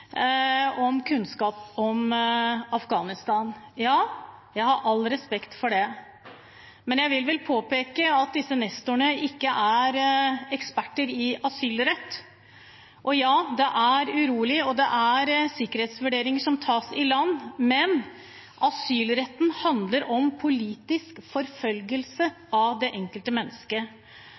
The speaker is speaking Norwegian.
kunnskap om Afghanistan. Ja, jeg har all respekt for det. Men jeg vil vel påpeke at disse nestorene ikke er eksperter i asylrett. Og ja, det er urolig, og det er sikkerhetsvurderinger som tas i land, men asylretten handler om politisk forfølgelse av det enkelte